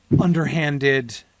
underhanded